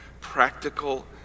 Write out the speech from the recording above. practical